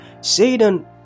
Satan